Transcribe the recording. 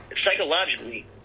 psychologically